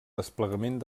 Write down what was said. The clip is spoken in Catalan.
desplegament